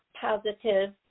positive